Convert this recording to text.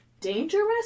dangerous